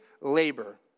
labor